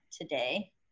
today